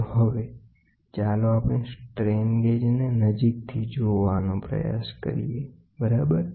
તો હવે ચાલો આપણે સ્ટ્રેન ગેજને નજીકથી જોવાનો પ્રયાસ કરીએ બરાબર